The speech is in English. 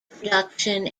production